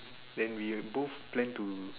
then we both plan to